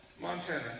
Montana